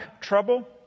trouble